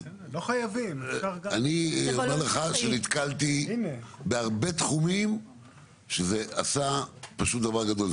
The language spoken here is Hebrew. אני אומר לך שנתקלתי בהרבה תחומים שזה עשה פשוט דבר גדול.